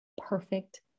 perfect